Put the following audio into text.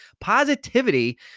Positivity